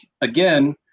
Again